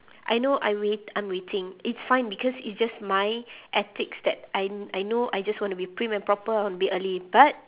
I know I'm wait~ I'm waiting it's fine because it's just my ethics that I kn~ I know I just want to be prim and proper I want to be early but